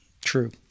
True